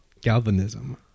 Galvanism